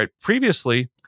Previously